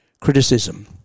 Criticism